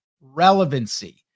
relevancy